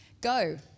Go